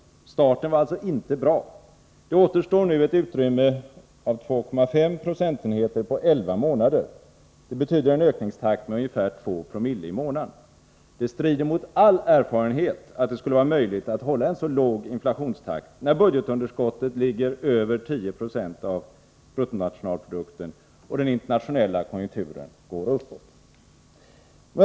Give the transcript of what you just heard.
Starten var således inte bra. Det återstår nu ett utrymme av 2,5 procentenheter på elva månader. Det betyder en ökningstakt på ungefär 270o i månaden. Det strider mot all erfarenhet att det skulle vara möjligt att hålla en så låg inflationstakt, när budgetunderskottet ligger på över 10 90 av bruttonationalprodukten och den internationella konjunkturen går uppåt.